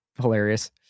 hilarious